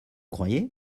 croyez